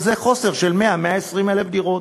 זה חוסר של 100,000 120,000 דירות.